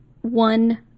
one